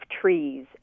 trees